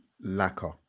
Lacquer